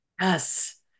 Yes